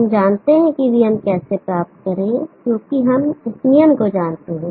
हम जानते हैं कि vm कैसे प्राप्त करें क्योंकि हम इस नियम को जानते हैं